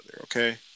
okay